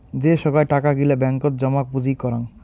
যে সোগায় টাকা গিলা ব্যাঙ্কত জমা পুঁজি করাং